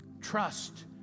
Trust